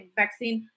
vaccine